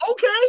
Okay